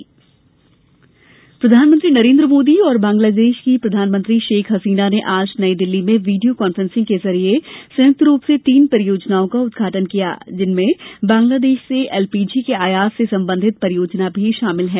Indo Bangla परियोजना प्रधानमंत्री नरेन्द्र मोदी और बांग्लादेश की प्रधानमंत्री शेख हसीना ने आज नई दिल्ली में वीडियो कांफ्रेंसिंग के जरिये संयुक्त रूप से तीन परियोजनाओं का उदघाटन किया जिनमें बांग्लादेश से एलपीजी के आयात से संबंधित परियोजना भी शामिल है